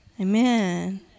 Amen